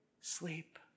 sleep